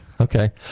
Okay